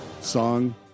Song